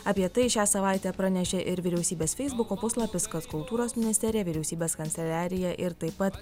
apie tai šią savaitę pranešė ir vyriausybės feisbuko puslapis kad kultūros ministerija vyriausybės kanceliarija ir taip pat